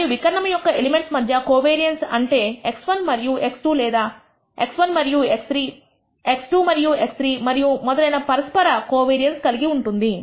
మరియు వికర్ణము యొక్క ఎలిమెంట్స్ మధ్య కోవేరియన్స్ అంటే x1 మరియుx2 లేదా x1 మరియు x3 x2 మరియు x3 మరియు మొదలైన పరస్పర కోవేరియన్స్ కలిగి ఉంది